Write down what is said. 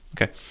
Okay